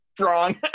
Strong